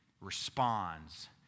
responds